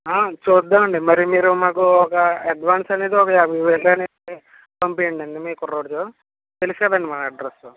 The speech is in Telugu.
చూద్దామండి మరి మీరు మాకు ఒక అడ్వాన్స్ అనేది ఒక యాభై వేలన్నా ఇచ్చి పంపీయండి మీ కుర్రోడితో తెలుసుకదండి మా అడ్రస్సు